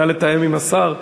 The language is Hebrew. נא לתאם עם השר,